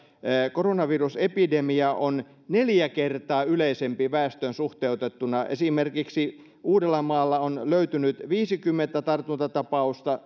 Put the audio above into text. koronavirusepidemia on neljä kertaa yleisempi väestöön suhteutettuna esimerkiksi uudellamaalla on löytynyt viisikymmentä tartuntatapausta